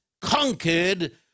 conquered